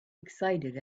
excited